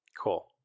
Cool